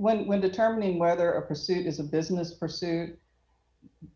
motivation when determining whether a person is a business person